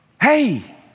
hey